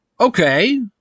Okay